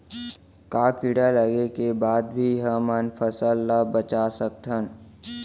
का कीड़ा लगे के बाद भी हमन फसल ल बचा सकथन?